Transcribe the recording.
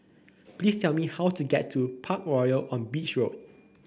please tell me how to get to Parkroyal on Beach Road